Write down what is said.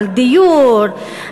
על דיור,